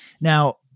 now